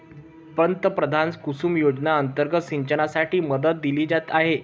पंतप्रधान कुसुम योजना अंतर्गत सिंचनासाठी मदत दिली जात आहे